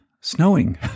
snowing